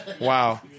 Wow